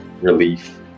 relief